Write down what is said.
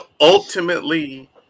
ultimately